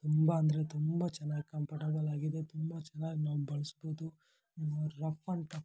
ತುಂಬ ಅಂದರೆ ತುಂಬ ಚೆನಾಗ್ ಕಂಫರ್ಟೆಬಲಾಗಿದೆ ತುಂಬ ಚೆನ್ನಾಗ್ ನಾವು ಬಳಸ್ಬೌದು ರಫ್ ಆ್ಯಂಡ್ ಟಫ್ಫು